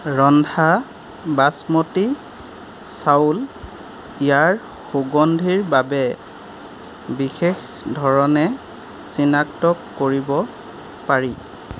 ৰন্ধা বাচমতি চাউল ইয়াৰ সুগন্ধিৰ বাবে বিশেষ ধৰণে চিনাক্ত কৰিব পাৰি